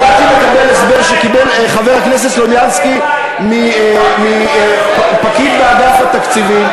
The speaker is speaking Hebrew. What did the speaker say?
הגעתי לקבל הסבר שקיבל חבר הכנסת סלומינסקי מפקיד באגף התקציבים,